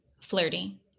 flirty